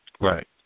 Right